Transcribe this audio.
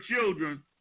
children